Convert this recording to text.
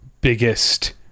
biggest